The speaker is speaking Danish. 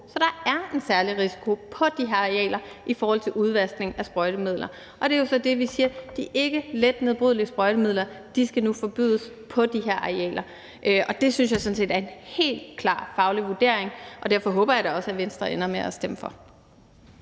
Så der er en særlig risiko på de her arealer i forhold til udvaskning af sprøjtemidler, og det er jo så der, vi siger, at de ikkeletnedbrydelige sprøjtemidler skal nu forbydes på de her arealer. Det synes jeg sådan set er en helt klar faglig vurdering, og derfor håber jeg da også, at Venstre ender med at stemme for.